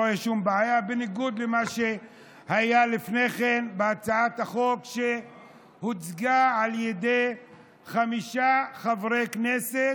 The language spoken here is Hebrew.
בניגוד למה שהיה לפני כן בהצעת החוק שהוצגה על ידי חמישה חברי כנסת,